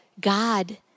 God